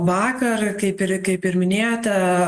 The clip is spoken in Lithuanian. vakar kaip ir kaip ir minėjote